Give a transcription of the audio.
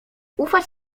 ufać